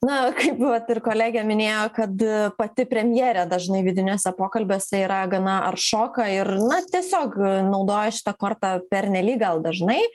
na vat ir kolegė minėjo kad pati premjerė dažnai vidiniuose pokalbiuose yra gana aršoka ir na tiesiog naudoja šitą kortą pernelyg gal dažnai